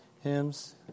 hymns